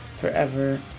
forever